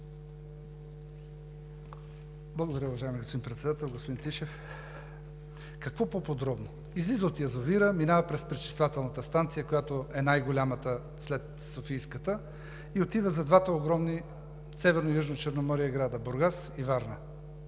Благодаря, уважаеми господин Председател. Господин Тишев, какво по-подробно? Излиза от язовира, минава през пречиствателната станция, която е най-голямата след Софийската и отива за двата огромни града Бургас и Варна